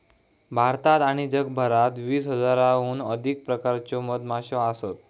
भारतात आणि जगभरात वीस हजाराहून अधिक प्रकारच्यो मधमाश्यो असत